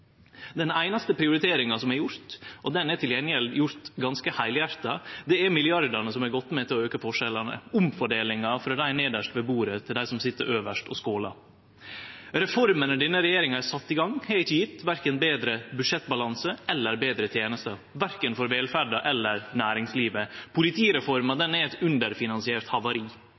Den einaste prioriteringa som er gjord – og ho er til gjengjeld gjord ganske heilhjarta – er milliardane som er gått med til å auke forskjellane, omfordelinga frå dei nedst ved bordet til dei som sit øvst og skålar. Reformene denne regjeringa har sett i gang, har ikkje gjeve verken betre budsjettbalanse eller betre tenester, verken for velferda eller for næringslivet. Politireforma er eit underfinansiert havari.